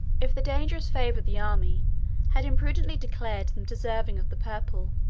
if the dangerous favor of the army had imprudently declared them deserving of the purple,